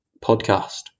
podcast